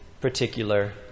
particular